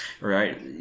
right